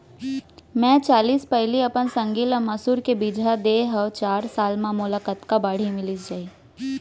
मैं चालीस पैली अपन संगी ल मसूर के बीजहा दे हव चार साल म मोला कतका बाड़ही मिलिस जाही?